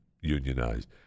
unionized